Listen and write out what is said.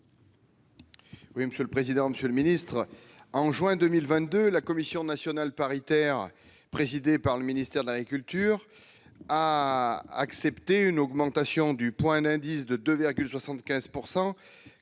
Oui, monsieur le président, Monsieur le Ministre, en juin 2022, la commission nationale paritaire présidée par le ministère de l'Agriculture a accepté une augmentation du point d'indice de 2,75